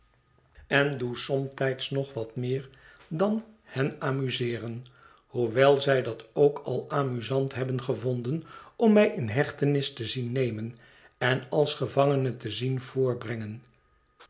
en doe somtijds nog wat meer dan hen amuseeren hoewel zij dat ook al amusant hebben gevonden om mij in hechtenis te zien nemen en als gevangene te zien